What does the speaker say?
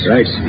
Right